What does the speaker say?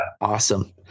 awesome